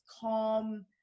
calm